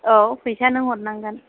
औ फैसाया नों हरनांगोन